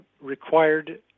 required